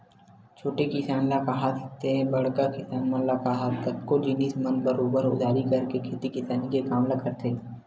छोटे किसान ल काहस ते बड़का किसान मन ल काहस कतको जिनिस मन म बरोबर उधारी करके खेती किसानी के काम ल करथे